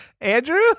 Andrew